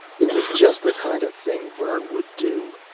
it was just the kind of thing vern would do.